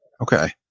Okay